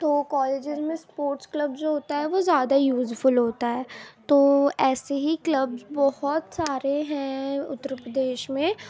تو کالیجیز میں sports club جو ہوتا ہے وہ زیادہ یوزفل ہوتا ہے تو ایسے ہی کلبز بہت سارے ہیں اتر پردیش میں